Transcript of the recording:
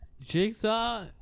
Jigsaw